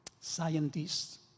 scientists